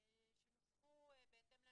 מה זה קצר ככל האפשר?